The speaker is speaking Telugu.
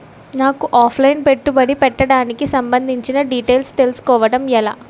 నాకు ఆఫ్ లైన్ పెట్టుబడి పెట్టడానికి సంబందించిన డీటైల్స్ తెలుసుకోవడం ఎలా?